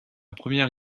première